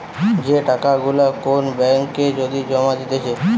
যে টাকা গুলা কোন ব্যাঙ্ক এ যদি জমা দিতেছে